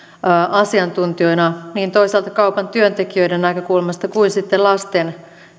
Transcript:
asiantuntijoina toisaalta niin kaupan työntekijöiden näkökulmasta kuin sitten lasten